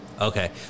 Okay